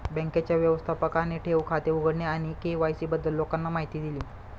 बँकेच्या व्यवस्थापकाने ठेव खाते उघडणे आणि के.वाय.सी बद्दल लोकांना माहिती दिली